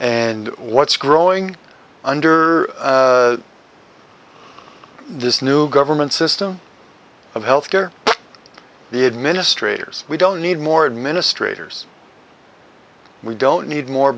and what's growing under this new government system of health care the administrators we don't need more administrators we don't need more